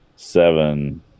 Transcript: Seven